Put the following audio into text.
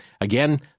again